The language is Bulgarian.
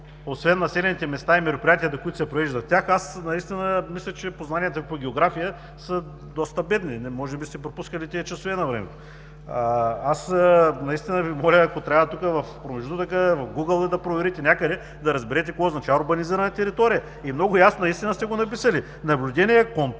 освен населените места и мероприятията, които се провеждат в тях, аз наистина мисля, че познанията по география са доста бедни. Може би сте пропускали тези часове навремето. Аз наистина Ви моля, ако трябва тук в промеждутъка, в Гугъла, да проверите някъде, да разберете какво означава „урбанизирана територия“. И много ясно наистина сте го написали: „наблюдение, контрол